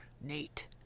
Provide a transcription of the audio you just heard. Nate